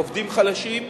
עובדים חלשים,